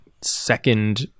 second